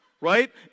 Right